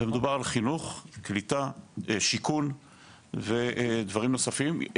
מדובר על חינוך, קליטה, שיכון, ודברים נוספים.